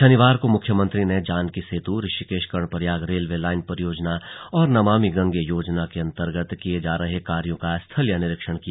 शनिवार को मुख्यमंत्री ने जानकी सेतु ऋषिकेश कर्णप्रयाग रेलवे लाइन परियोजना और नमामि गंगे योजना के अंतर्गत किए जा रहे कार्यो का स्थलीय निरीक्षण किया